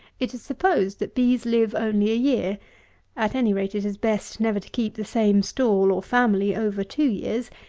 it is supposed that bees live only a year at any rate it is best never to keep the same stall, or family, over two years,